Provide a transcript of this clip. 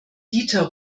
dieter